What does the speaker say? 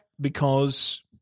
because-